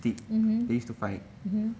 mmhmm